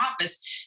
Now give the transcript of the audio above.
office